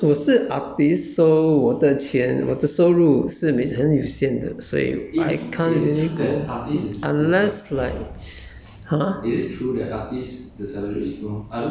I like 可是 because 我是 arist so 我的钱我的收入是每次很有限的所以 I can't really go unless like